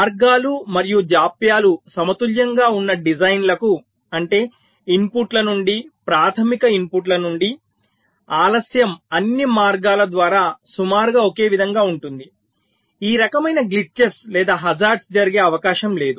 మార్గాలు మరియు జాప్యాలు సమతుల్యంగా ఉన్న డిజైన్లకు అంటే ఇన్పుట్ల నుండి ప్రాధమిక ఇన్పుట్ల నుండి ఆలస్యం అన్ని మార్గాల ద్వారా సుమారుగా ఒకే విధంగా ఉంటుంది ఈ రకమైన గ్లిట్చెస్ లేదా హజార్డ్స్ జరిగే అవకాశం లేదు